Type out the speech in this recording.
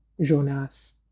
Jonas